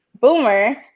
Boomer